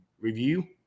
Review